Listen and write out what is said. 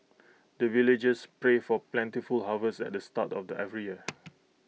the villagers pray for plentiful harvest at the start of the every year